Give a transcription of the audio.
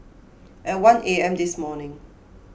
at one A M this morning